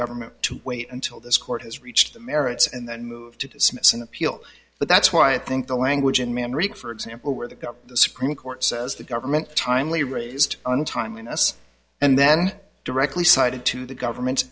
government to wait until this court has reached the merits and then move to dismiss an appeal but that's why i think the language in man reeks for example where the got screwed court says the government timely raised on timeliness and then directly cited to the government